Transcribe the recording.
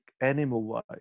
animal-wise